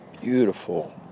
Beautiful